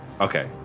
Okay